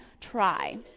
try